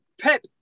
Pep